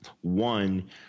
One